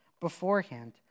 beforehand